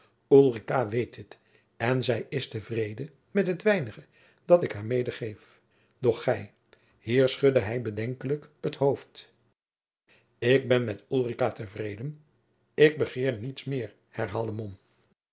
weet dit en zij is te vrede met het weinige dat ik haar medegeef doch gij hier schudde hij bedenkelijk het hoofd ik ben met ulrica te vreden en begeer niets meer